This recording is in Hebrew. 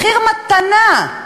מחירי מתנה.